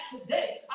today